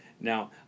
Now